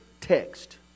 text